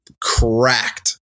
cracked